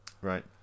Right